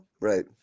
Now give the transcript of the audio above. Right